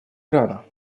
ирана